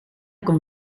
con